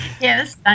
yes